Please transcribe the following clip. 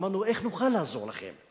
אמרנו: איך נוכל לעזור לכם?